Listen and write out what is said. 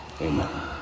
amen